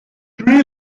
three